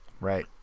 Right